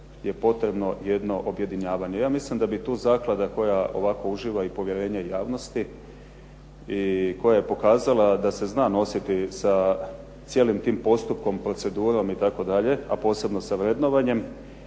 potrebno jedno objedinjavanje. Ja mislim da bi tu zaklada koja ovako uživa i povjerenje javnosti i koja je pokazala da se zna nositi sa cijelim tim postupkom procedurom itd. a posebno za vrednovanje,